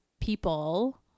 people